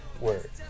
word